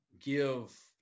give